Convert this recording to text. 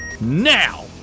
NOW